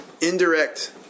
indirect